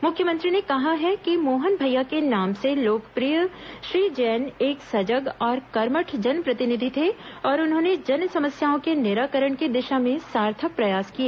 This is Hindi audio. मुख्यमंत्री ने कहा है कि मोहन भैया के नाम से लोकप्रिय श्री जैन एक सजग और कर्मठ जनप्रतिनिधि थे और उन्होंने जनसमस्याओं के निराकरण की दिशा में सार्थक प्रयास किए